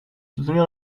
soutenir